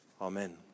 Amen